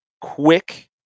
Quick